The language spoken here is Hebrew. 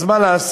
אז מה לעשות,